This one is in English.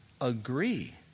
agree